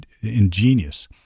ingenious